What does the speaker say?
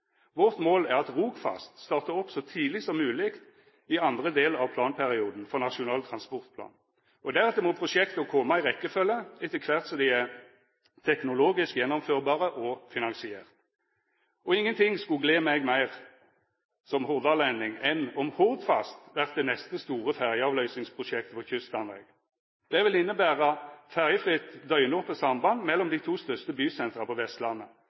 Vårt mål er at Rogfast startar opp så tidleg som mogleg i andre del av planperioden for Nasjonal transportplan. Deretter må prosjekta koma i rekkjefølgje etter kvart som dei er teknologisk gjennomførbare og finansierte. Og ingenting vil gle meg som hordalending meir enn om Hordfast vert det neste store ferjeavløysingsprosjektet på Kyststamvegen. Det vil innebera ferjefritt, døgnope samband mellom dei to største bysentra på Vestlandet.